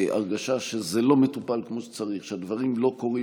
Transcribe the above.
הרגשה שזה לא מטופל כמו שצריך, שהדברים לא קורים.